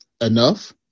enough